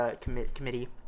committee